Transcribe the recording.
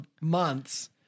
months